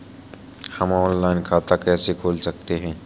हम ऑनलाइन खाता कैसे खोल सकते हैं?